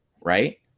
right